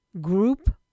group